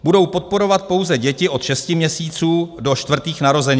Budou podporovat pouze děti od šesti měsíců do čtvrtých narozenin.